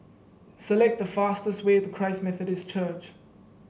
select the fastest way to Christ Methodist Church